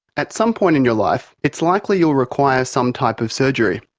at some point in your life it's likely you'll require some type of surgery.